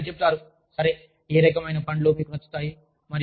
బదులుగా మీరు చెప్తారు సరే ఏ రకమైన పండ్లు మీకు నచ్చుతాయి